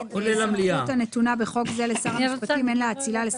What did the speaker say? הצבעה הרוויזיה לא נתקבלה הרוויזיה לא התקבלה.